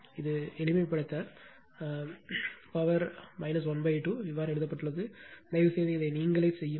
இது எளிமைப்படுத்த ½ இவ்வாறு எழுதப்பட்டுள்ளது தயவுசெய்து இதை நீங்களே செய்யுங்கள்